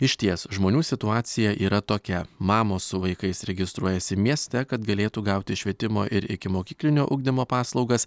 išties žmonių situacija yra tokia mamos su vaikais registruojasi mieste kad galėtų gauti švietimo ir ikimokyklinio ugdymo paslaugas